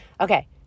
Okay